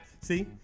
See